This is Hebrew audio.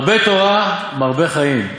מרבה תורה, מרבה חיים.